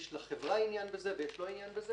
יש לחברה עניין בזה ויש לו עניין בזה